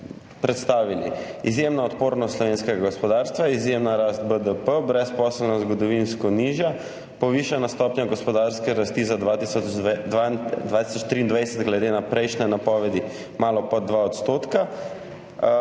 predstavili: izjemna odpornost slovenskega gospodarstva, izjemna rast BDP, brezposelnost zgodovinsko nizka, povišana stopnja gospodarske rasti za 2023 glede na prejšnje napovedi, malo pod 2 %.